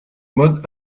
mode